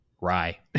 rye